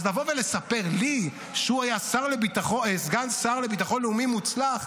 אז לבוא ולספר לי שהוא היה סגן שר לביטחון לאומי מוצלח?